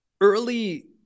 Early